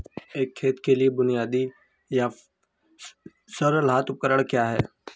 एक खेत के लिए बुनियादी या सरल हाथ उपकरण क्या हैं?